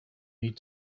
need